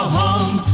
home